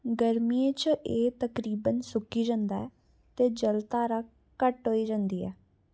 गर्मियें च एह् तकरीबन सुक्की जंदा ऐ ते जलधारा घट्ट होई जंदी ऐ